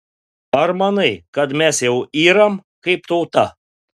ar manai kad mes jau yram kaip tauta